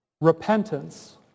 repentance